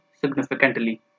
significantly